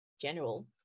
general